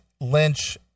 Lynch